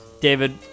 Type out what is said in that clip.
David